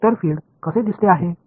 तर हे vector field कसे दिसते आहे